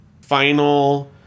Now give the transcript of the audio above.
final